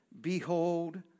behold